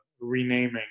renaming